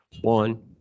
one